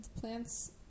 plants